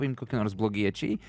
paimt kokie nors blogiečiai